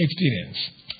experience